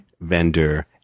vendor